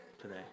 today